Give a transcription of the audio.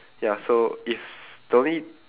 ya so if the only